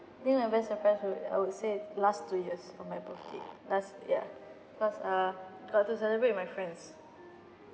think my best surprise would I would say last two years on my birthday last ya because uh got to celebrate with my friends